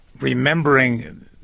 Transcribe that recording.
remembering